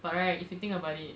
but right if you think about it